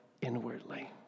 inwardly